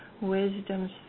wisdoms